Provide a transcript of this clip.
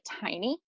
tiny